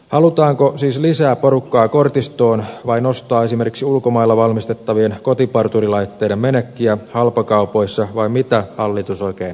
halutaanko siis lisää porukkaa kortistoon vai nostaa esimerkiksi ulkomailla valmistettavien kotiparturilaitteiden menekkiä halpakaupoissa vai mitä hallitus oikein tavoittelee